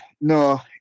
no